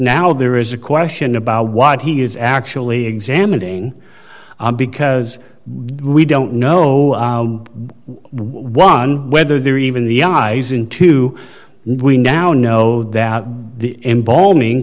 now there is a question about what he is actually examining because we don't know one whether they're even the eyes into we now know that the emb